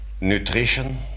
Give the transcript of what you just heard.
nutrition